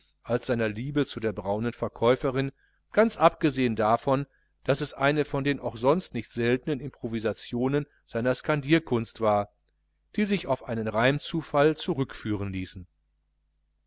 als seiner liebe zu der braunen verkäuferin ganz abgesehen davon daß es eine von den auch sonst nicht seltenen improvisationen seiner skandierkunst war die sich auf einen reimzufall zurückführen ließen